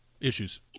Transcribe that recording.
issues